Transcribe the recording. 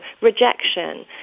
rejection